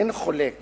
אין חולק